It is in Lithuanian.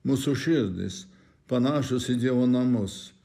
mūsų širdys panašūs į dievo namus